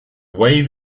wave